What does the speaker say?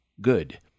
good